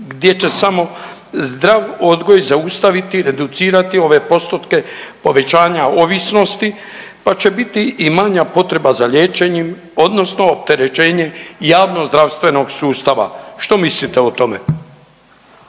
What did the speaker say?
gdje će samo zdrav odgoj zaustaviti i reducirati ove postotke povećanja ovisnosti pa će biti i manja potreba za liječenjem odnosno opterećenje javnozdravstvenog sustava. Što mislite o tome?